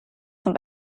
zum